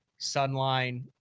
Sunline